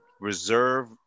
reserve